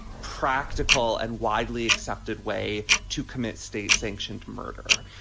practical and widely accepted way to commit state sanctioned murder.